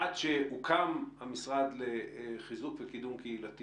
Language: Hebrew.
משהוקם המשרד לחיזוק וקידום קהילתי